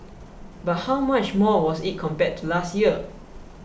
but how much more was it compared to last year